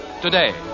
today